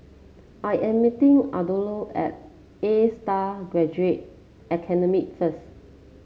I am meeting Arnoldo at Astar Graduate Academy first